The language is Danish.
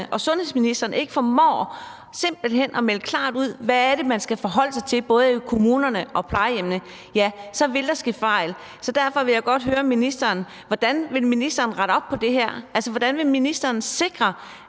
og sundhedsministeren simpelt hen ikke formår at melde klart ud, hvad det er, man skal forholde sig til, både i kommunerne og på plejehjemmene, så vil der ske fejl. Derfor vil jeg godt høre ministeren: Hvordan vil ministeren rette op på det her? Hvordan vil ministeren sikre,